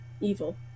Evil